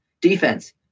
Defense